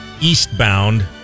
eastbound